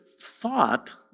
thought